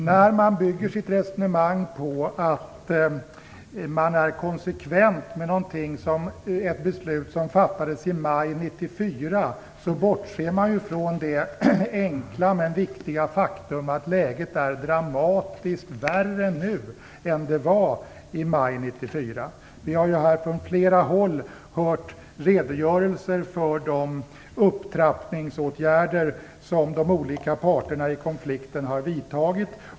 När man bygger sitt resonemang på att man är konsekvent med ett beslut som fattades i maj 1994 bortser man från det enkla men viktiga faktum att läget är dramatiskt värre nu än det var i maj 1994. Vi har från flera håll hört redogörelser för de upptrappningsåtgärder som de olika parterna i konflikten har vidtagit.